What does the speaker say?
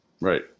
Right